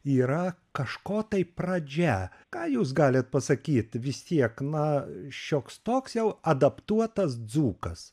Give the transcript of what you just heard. yra kažko tai pradžia ką jūs galit pasakyt vis tiek na šioks toks jau adaptuotas dzūkas